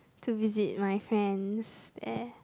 to visit my friends there